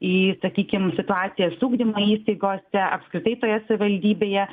į sakykim situacijas ugdymo įstaigose apskritai toje savivaldybėje